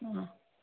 हम्म